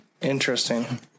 Interesting